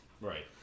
Right